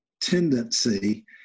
tendency